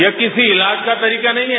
यह किसी इलाज का तरीका नहीं है